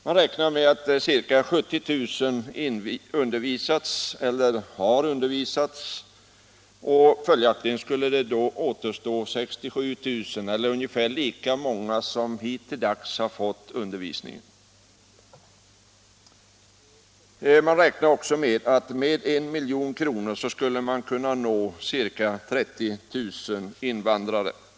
Man räknar med att ca 70 000 undervisas eller har undervisats och att det följaktligen skulle återstå ca 67 000, dvs. lika många som hittilldags fått undervisning. Man räknar också med att vi med 1 milj.kr. skulle kunna nå ca 30 000 invandrare.